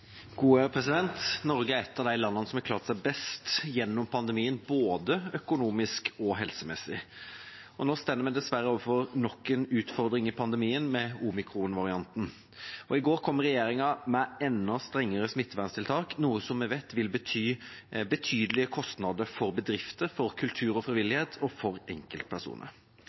Norge er et av de landene som har klart seg best gjennom pandemien, både økonomisk og helsemessig. Nå står vi dessverre overfor nok en utfordring i pandemien, med omikron-varianten. I går kom regjeringa med enda strengere smitteverntiltak, noe som vi vet vil bety betydelige kostnader for bedrifter, for kultur og frivillighet og for enkeltpersoner.